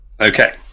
Okay